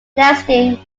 nesting